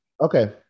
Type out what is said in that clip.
Okay